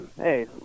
Hey